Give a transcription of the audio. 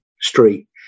street